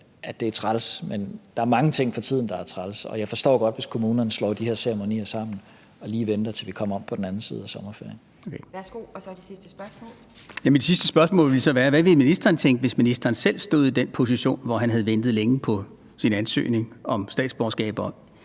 at det er træls, men der er mange ting for tiden, der er trælse. Og jeg forstår godt, hvis kommunerne slår de her ceremonier sammen og lige venter, indtil vi kommer om på den anden side af sommerferien. Kl. 18:40 Anden næstformand (Pia Kjærsgaard): Værsgo, så er det sidste spørgsmål. Kl. 18:40 Nils Sjøberg (RV): Mit sidste spørgsmål vil så være: Hvad ville ministeren tænke, hvis ministeren selv stod i den position, hvor han havde ventet længe på sin ansøgning om statsborgerskab og